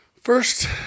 First